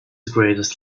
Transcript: greatest